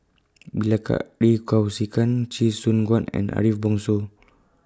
Bilahari Kausikan Chee Soon Juan and Ariff Bongso